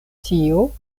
tio